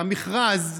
שהמכרז,